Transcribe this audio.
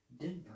Denver